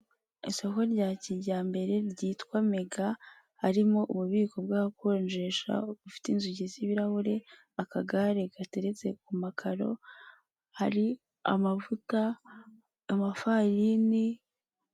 Isoko rya kijyambere ryitwa mega harimo ububiko bw'abakonjesha bufite inzugi z'ibirahuri, akagare gateretse ku makaro, hari amavuta, amafarini.